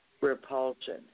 repulsion